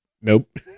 Nope